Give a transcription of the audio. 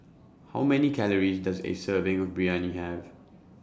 How Many Calories Does A Serving of Biryani Have